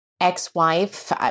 ex-wife